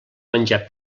menjar